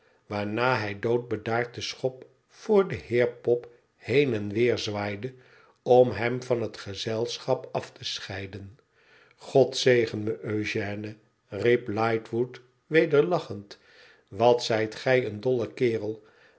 waarna hij doodbedaard de schop voor den heer pop heen en weer zwaaide om hem van het gezelschap af te scheiden god zegen me eugène riep lightwood weder lachend wat zijt gij een dolle kerel